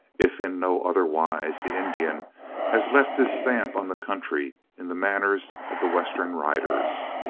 if in no other wise, the indian has left his stamp on the country in the manners of the western riders.